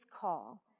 call